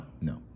No